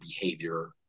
behavior